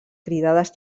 cridades